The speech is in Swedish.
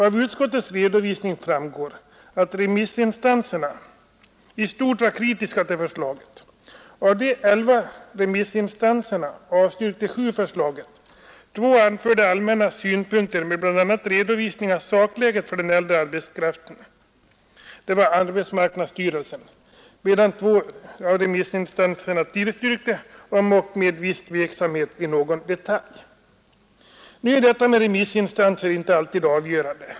Av utskottets redovisning framgår att remissinstanserna i stort sett var kritiska till förslaget. Av de elva remissinstanserna avstyrkte sju förslaget, två — en av dem var arbetsmark nadsstyrelsen — anförde allmänna synpunkter med bl.a. redovisning av sakläget för den äldre arbetskraften, medan två av remissinstanserna tillstyrkte motionärernas förslag, om ock med viss tveksamhet i någon detalj. Remissinstansernas ståndpunkter är emellertid inte alltid avgörande.